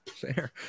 Fair